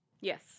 Yes